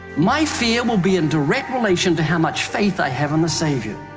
my fear will be in direct relation to how much faith i have in the savior.